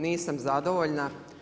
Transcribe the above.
Nisam zadovoljna.